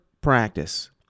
practice